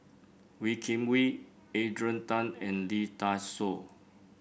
Wee Kim Wee Adrian Tan and Lee Dai Soh